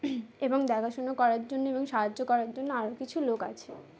এবং দেখাশোনা করার জন্য এবং সাহায্য করার জন্য আরো কিছু লোক আছে